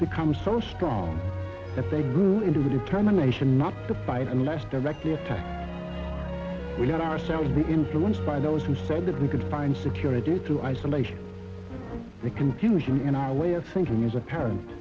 become so strong that they grew into a determination not to fight unless directed to within ourselves be influenced by those who said that we could find security through isolation the confusion in our way of thinking is apparent